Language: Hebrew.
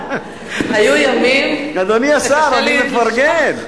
היו ימים שקשה לי לשכוח, אדוני השר, אני מפרגן.